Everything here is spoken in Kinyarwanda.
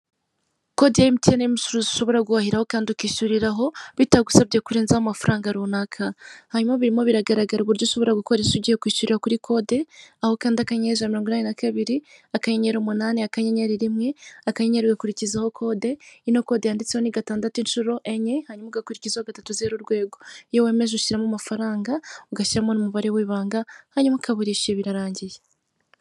Konte ya emutiyeni y'umucuruzi ushobora guhahiraho kandi ukishyuriraho bitagusabye kurenzaho amafaranga runaka hanyuma birimo biragaraga uburyo ushobora gukoresha ugiye kwishyurira kuri kode aho ukanda akanyenyeri ijana na mirongo inani na kabiri akanyenyeri umunani akanyenyeri rimwe akanyenyeri ugakurikizaho kode, ino kode yanditseho ni gatandatu inshuro enye hanyuma ugakurikizaho gatatu zeru urwego, iyo wemeje ushyiramo amafaranga ugashyiramo n'umubare w'ibanga hanyuma ukaba urishyuye birarangiye.